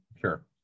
Sure